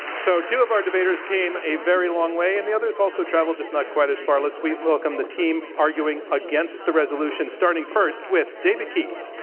so two of our debaters came a very long way, and the others also traveled, just not quite as far. let's welcome the team arguing against the resolution, starting first with david keith.